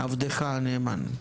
עבדך הנאמן.